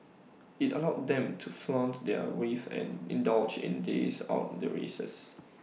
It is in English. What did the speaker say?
IT allowed them to flaunt their wealth and indulge in days out the races